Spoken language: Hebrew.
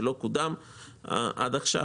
שלא קודם עד עכשיו.